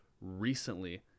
recently